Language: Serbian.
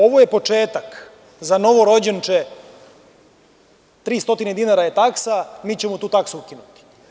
Ovo je početak za novorođenče, 300 dinara je taksa, mi ćemo tu taksu ukinuti.